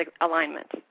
alignment